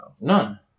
None